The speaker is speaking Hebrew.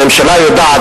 הממשלה יודעת